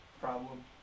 problem